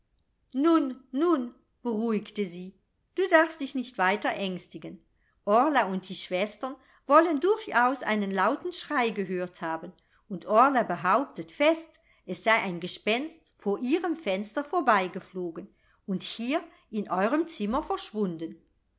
nun nun beruhigte sie du darfst dicht nicht weiter ängstigen orla und die schwestern wollen durchaus einen lauten schrei gehört haben und orla behauptet fest es sei ein gespenst vor ihrem fenster vorbeigeflogen und hier in eurem zimmer verschwunden